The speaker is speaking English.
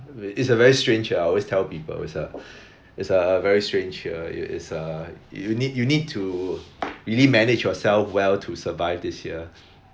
it's a very strange I always tell people it's a it's a very strange year it~ it's a you need you need to really manage yourself well to survive this year